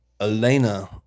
Elena